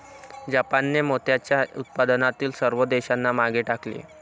जापानने मोत्याच्या उत्पादनातील सर्व देशांना मागे टाकले